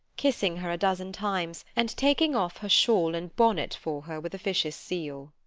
kissing her a dozen times, and taking off her shawl and bonnet for her with officious zeal.